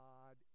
God